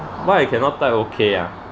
why cannot type okay ah